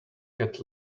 get